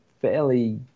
Fairly